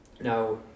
now